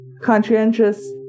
conscientious